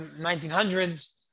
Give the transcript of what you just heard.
1900s